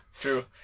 true